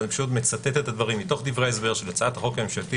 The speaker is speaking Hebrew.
אבל אני פשוט מצטט את הדברים מתוך דברי ההסבר של הצעת החוק הממשלתית,